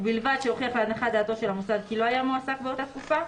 ובלבד שהוכיח להנחת דעתו של המוסד כי לא היה מועסק באותה תקופה,